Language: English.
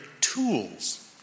tools